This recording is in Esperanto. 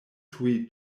tuj